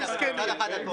הם מסכנים,